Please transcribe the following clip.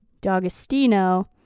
D'Agostino